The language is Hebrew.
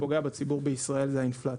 שפוגע בציבור בישראל זה האינפלציה.